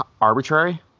arbitrary